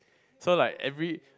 so like every